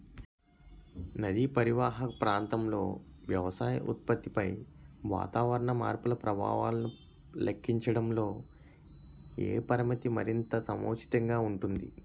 నదీ పరీవాహక ప్రాంతంలో వ్యవసాయ ఉత్పత్తిపై వాతావరణ మార్పుల ప్రభావాలను లెక్కించడంలో ఏ పరామితి మరింత సముచితంగా ఉంటుంది?